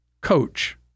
coach